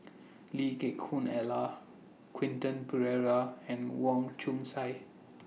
Lee Geck Ellen Quentin Pereira and Wong Chong Sai